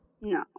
No